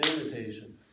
invitation